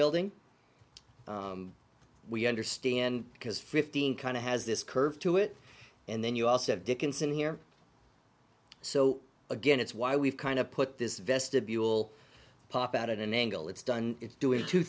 building we understand because fifteen kind of has this curve to it and then you also have dickinson here so again it's why we've kind of put this vestibule pop out at an angle it's done it's doing two